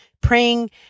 praying